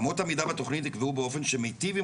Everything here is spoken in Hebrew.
אמות המידה בתכנית ייקבעו באופן שמיטיב עם